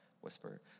whisper